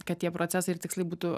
kad tie procesai ir tikslai būtų